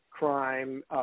crime